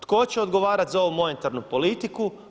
Tko će odgovarati za ovu monetarnu politiku?